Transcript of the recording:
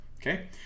Okay